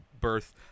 birth